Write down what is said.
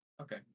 Okay